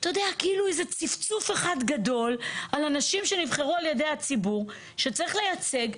כאילו איזה צפצוף אחד גדול על אנשים שנבחרו על ידי הציבור שצריך לייצג,